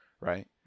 Right